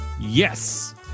yes